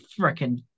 freaking